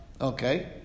Okay